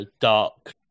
dark